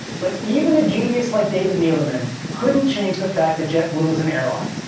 but even a genius like david neeleman couldn't change the fact that jetblue is an airline,